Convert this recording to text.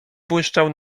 błyszczał